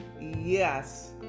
Yes